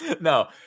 No